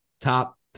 Top